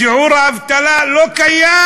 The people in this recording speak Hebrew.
שיעור האבטלה לא קיים,